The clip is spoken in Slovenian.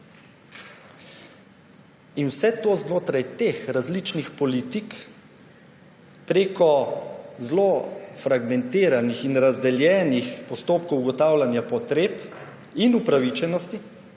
In vse to znotraj teh različnih politik prek zelo fragmentiranih in razdeljenih postopkov ugotavljanja potreb in upravičenosti